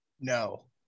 no